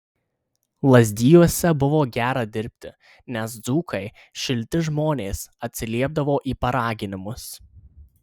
lazdijuose buvo gera dirbti nes dzūkai šilti žmonės atsiliepdavo į paraginimus